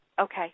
Okay